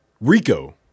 Rico